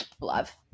love